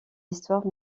histoire